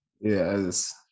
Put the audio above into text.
Yes